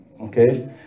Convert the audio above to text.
okay